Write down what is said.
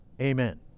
Amen